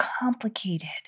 complicated